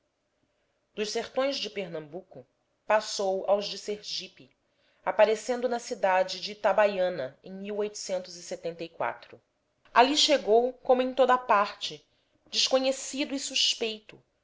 dos sertões de pernambuco passou aos de sergipe aparecendo na cidade de itabaiana em ali chegou como em toda a parte desconhecido e suspeito